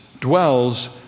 dwells